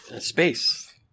Space